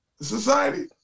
Society